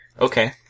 Okay